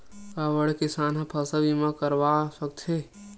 का बड़े किसान ह फसल बीमा करवा सकथे?